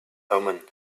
omens